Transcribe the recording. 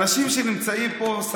אנשים שנמצאים פה,